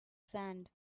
sand